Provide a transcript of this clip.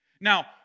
Now